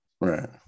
Right